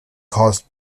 caused